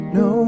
no